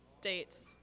dates